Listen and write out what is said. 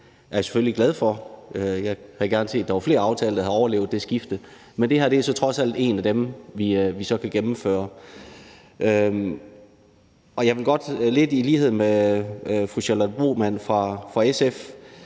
jeg havde gerne set, at der var flere aftaler, der havde overlevet det skifte, men det her er trods alt en af dem, vi så kan gennemføre. Jeg vil godt i lighed med fru Charlotte Broman Mølbæk